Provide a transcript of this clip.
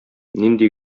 нинди